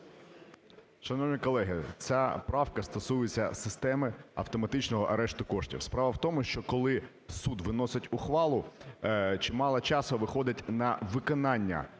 Шановні колеги, ця правка стосується системи автоматичного арешту коштів. Справа в тому, що коли суд виносить ухвалу, чимало часу йде на виконання